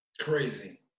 Crazy